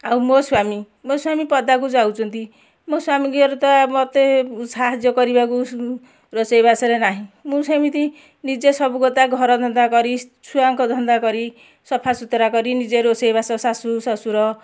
ଆଉ ମୋ ସ୍ୱାମୀ ମୋ ସ୍ୱାମୀ ପଦାକୁ ଯାଉଛନ୍ତି ମୋ ସ୍ୱାମୀଙ୍କର ତ ମୋତେ ସାହାଯ୍ୟ କରିବାକୁ ରୋଷେଇବାସରେ ନାହିଁ ମୁଁ ସେମିତି ନିଜେ ସବୁ କଥା ଘରଧନ୍ଦା କରି ଛୁଆଙ୍କ ଧନ୍ଦା କରି ସଫାସୁତୁରା କରି ନିଜେ ରୋଷେଇବାସ ଶାଶୂ ଶଶୁର